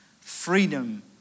Freedom